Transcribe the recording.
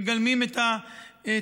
מגלמים את המסירות,